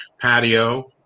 patio